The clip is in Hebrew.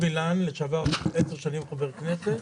10 שנים חבר כנסת,